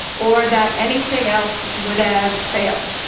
or that anything else would have failed.